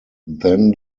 then